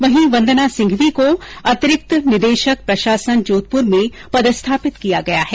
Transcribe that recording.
वहीं वंदना सिंघवी को अतिरिक्त निदेशक प्रशासन जोधपुर में पदस्थापित किया है